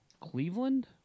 Cleveland